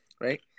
right